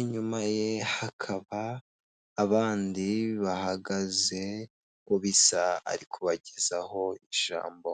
inyuma ye hakaba abandi bahagaze, uko bisa ari kubagezaho ijambo.